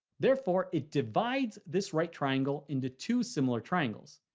therefore, it divides this right triangle into two similar triangles.